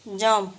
jump